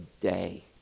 day